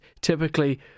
typically